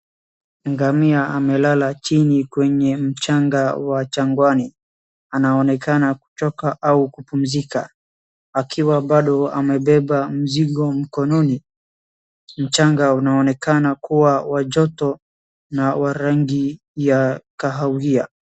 Ngamia amelala chini kwenye mchanga wa jagwani, anaonekana kuchoka au kupumzika akiwa bado amebeba mzigo mkononi. Mchanga unaonekana kuwa wa joto na wa rangi ya kahawia.